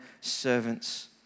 servants